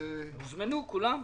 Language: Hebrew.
הוזמנו כולם: